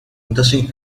interesting